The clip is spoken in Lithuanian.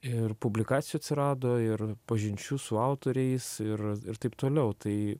ir publikacijų atsirado ir pažinčių su autoriais ir ir taip toliau tai